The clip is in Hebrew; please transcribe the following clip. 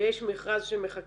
ויש מכרז שמחכה.